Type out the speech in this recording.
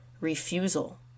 refusal